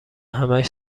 همهاش